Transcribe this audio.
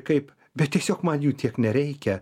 kaip bet tiesiog man jų tiek nereikia